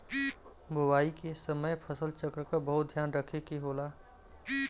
बोवाई के समय फसल चक्र क बहुत ध्यान रखे के होला